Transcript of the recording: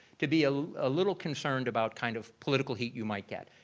to be a ah little concerned about kind of political heat you might get.